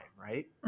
right